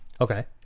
Okay